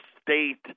State